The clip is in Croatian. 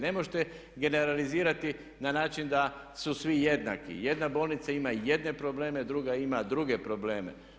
Ne možete generalizirati na način da su svi jednaki, jedna bolnica ima jedne probleme, druga ima druge probleme.